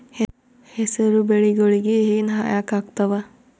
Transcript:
ಹೆಸರು ಬೆಳಿಗೋಳಿಗಿ ಹೆನ ಯಾಕ ಆಗ್ತಾವ?